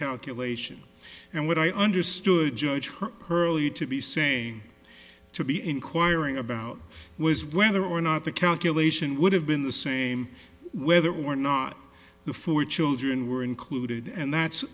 calculation and what i understood her early to be saying to be inquiring about was whether or not the calculation would have been the same whether or not the four children were included and that's